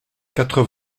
quatre